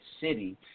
city